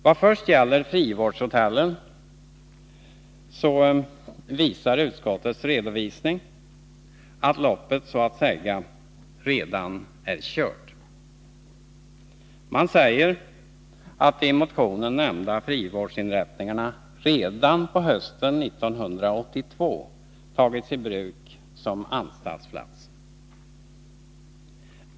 Vad först gäller frivårdshotellen visar utskottets redovisning att loppet så att säga redan är kört. Man säger att de i motionen nämnda frivårdsinrättningarna redan på hösten 1982 tagits i bruk som anstaltsplatser.